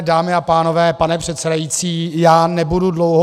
Dámy a pánové, pane předsedající, já nebudu mluvit dlouho.